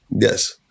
Yes